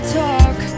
talk